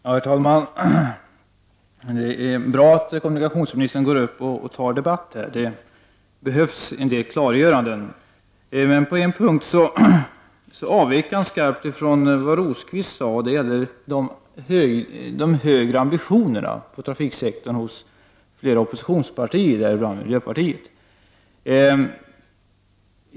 Herr talman! Det är bra att kommunikationsministern går upp och tar debatt. Det behövs en del klargöranden. Men på en punkt avvek han skarpt från det Birger Rosqvist sade. Det gällde de högre ambitionerna inom trafiksektorn hos flera oppositionspartier, däribland miljöpartiet.